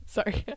Sorry